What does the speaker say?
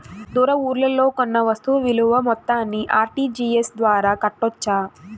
దూర ఊర్లలో కొన్న వస్తు విలువ మొత్తాన్ని ఆర్.టి.జి.ఎస్ ద్వారా కట్టొచ్చా?